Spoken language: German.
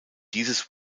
dieses